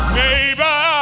neighbor